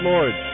Lord